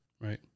Right